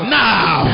now